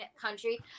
country